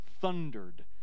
thundered